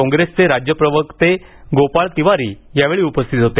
काँग्रेसचे राज्य प्रवक्ते गोपाळ तिवारी या वेळी उपस्थित होते